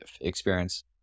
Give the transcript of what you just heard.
experience